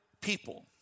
people